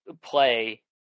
play